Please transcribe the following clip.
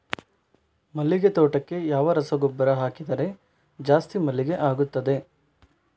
ಮಲ್ಲಿಗೆ ತೋಟಕ್ಕೆ ಯಾವ ರಸಗೊಬ್ಬರ ಹಾಕಿದರೆ ಜಾಸ್ತಿ ಮಲ್ಲಿಗೆ ಆಗುತ್ತದೆ?